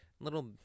little